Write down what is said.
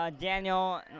Daniel